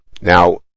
Now